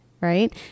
right